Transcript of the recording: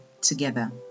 together